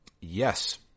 Yes